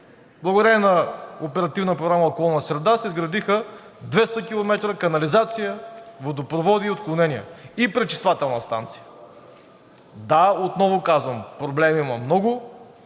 програма „Околна среда“ се изградиха 200 км канализация, водопроводи и отклонения, и пречиствателна станция. Да, отново казвам, проблеми има много.